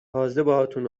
باهاتون